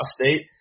State